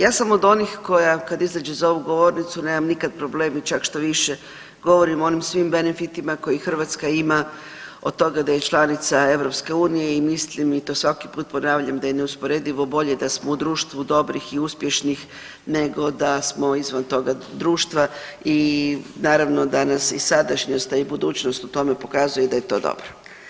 Ja sam od onih koja kad izađe za ovu govornicu nemam nikad problem i čak štoviše govorim o onim svim benefitima koje Hrvatska ima od toga da je članica EU i mislim i to svaki put ponavljam da je neusporedivo bolje da smo u društvu dobrih i uspješnih nego da smo izvan toga društva i naravno da nas i sadašnjost, a i budućnost u tome pokazuje da je to dobro.